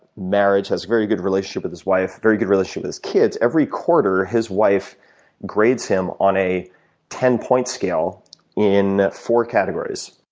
marriage, has a very good relationship with his wife, very good relationship with his kids. every quarter his wife grades him on a ten points scale in four categories,